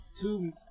Two